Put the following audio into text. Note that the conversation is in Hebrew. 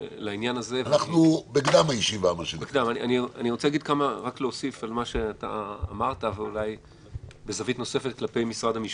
אני רוצה להוסיף על מה שאמרת ואולי בזווית נוספת כלפי משרד המשפטים.